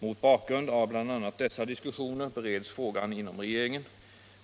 Mot bakgrund av bl.a. dessa diskussioner bereds frågan inom regeringen.